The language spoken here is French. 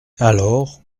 alors